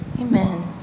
Amen